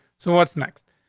so what's next?